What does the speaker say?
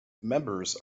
members